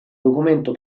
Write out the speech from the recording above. documento